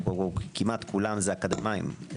כמעט כולם זה אקדמאיים.